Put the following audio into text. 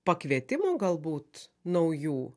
pakvietimų galbūt naujų